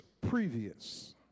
previous